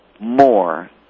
more